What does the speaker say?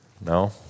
No